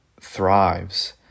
thrives